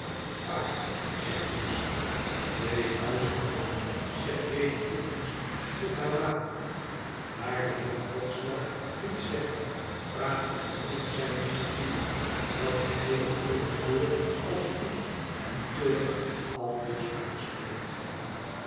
paarden zegt boots twee huishoudingen zegt lady tippins tot haar waaier daar de heer podsnap niets zegt vraagt men hem naar zijne opinie welke hij met eene kleur als bloed en toornig aldus uitspreekt